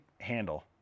handle